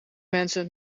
mensen